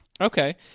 Okay